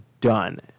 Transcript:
done